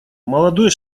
молодой